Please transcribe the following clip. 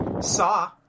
Saw